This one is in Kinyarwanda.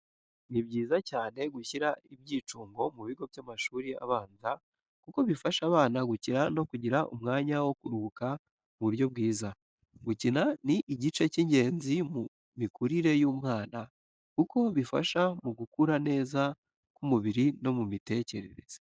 Ni byiza cyane gushyira ibyicungo mu bigo by’amashuri abanza kuko bifasha abana gukina no kugira umwanya wo kuruhuka mu buryo bwiza. Gukina ni igice cy’ingenzi mu mikurire y’umwana, kuko bifasha mu gukura neza ku mubiri no mu mitekerereze.